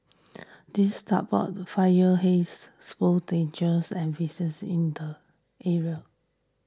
these tugboats fire haze spouse dangers and vessels in the area